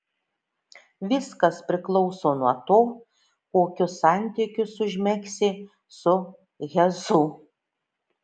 viskas priklauso nuo to kokius santykius užmegsi su hesu